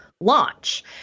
launch